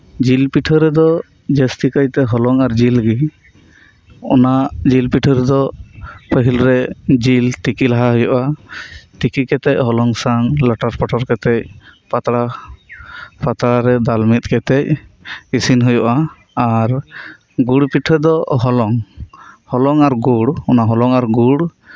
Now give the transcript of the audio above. ᱡᱤᱞᱯᱤᱴᱷᱟᱹ ᱨᱮᱫᱚ ᱡᱟᱹᱥᱛᱤᱠᱟᱭ ᱛᱮ ᱦᱚᱞᱚᱝ ᱟᱨ ᱡᱤᱞ ᱜᱤ ᱚᱱᱟ ᱡᱤᱞᱯᱤᱴᱷᱟᱹ ᱨᱮᱫᱚ ᱯᱟᱹᱦᱤᱞ ᱨᱮ ᱡᱤᱞ ᱛᱤᱠᱤ ᱞᱟᱦᱟ ᱦᱩᱭᱩᱜ ᱟ ᱛᱤᱠᱤ ᱠᱟᱛᱮᱜ ᱦᱚᱞᱚᱝ ᱥᱟᱶ ᱞᱚᱴᱚᱨᱼᱯᱚᱴᱚᱨ ᱠᱟᱛᱮᱜ ᱯᱟᱛᱲᱟ ᱯᱟᱛᱲᱟᱨᱮ ᱫᱟᱞ ᱢᱤᱫ ᱠᱟᱛᱮᱜ ᱤᱥᱤᱱ ᱦᱩᱭᱩᱜᱼᱟ ᱟᱨ ᱜᱩᱲᱯᱤᱴᱷᱟᱹ ᱫᱚ ᱦᱚᱞᱚᱝ ᱦᱚᱞᱚᱝ ᱟᱨ ᱜᱩᱲ ᱚᱱᱟ ᱦᱚᱞᱚᱝ ᱟᱨ ᱜᱩᱲ